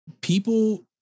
people